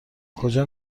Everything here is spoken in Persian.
کجا